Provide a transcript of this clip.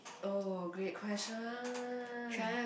oh great question